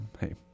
hey